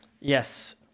Yes